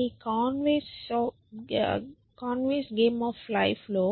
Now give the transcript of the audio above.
ఈ Conway's game of life లో